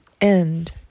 end